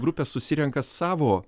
grupė susirenka savo